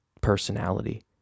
personality